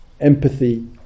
empathy